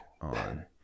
on